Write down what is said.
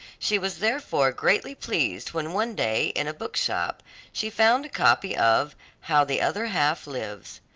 she was therefore greatly pleased when one day in a book-shop she found a copy of how the other half lives.